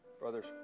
Brothers